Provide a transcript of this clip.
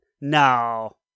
No